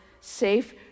safe